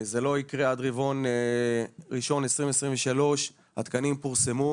זה לא יקרה עד רבעון ראשון 2023, התקנים פורסמו,